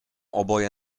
oboje